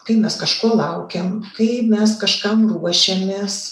kai mes kažko laukiam kai mes kažkam ruošiamės